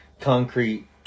concrete